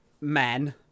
Men